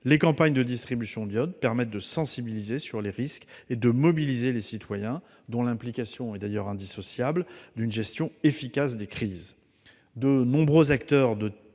Les campagnes de distribution de comprimés d'iode permettent de sensibiliser aux risques et de mobiliser les citoyens, dont l'implication est indissociable d'une gestion efficace des crises. De nombreux acteurs de